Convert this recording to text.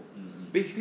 mmhmm